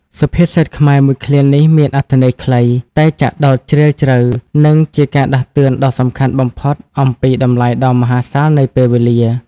សុភាសិតខ្មែរមួយឃ្លានេះមានអត្ថន័យខ្លី តែចាក់ដោតជ្រាលជ្រៅ និងជាការដាស់តឿនដ៏សំខាន់បំផុតអំពីតម្លៃដ៏មហាសាលនៃពេលវេលា។